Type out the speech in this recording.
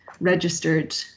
registered